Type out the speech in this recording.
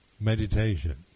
meditation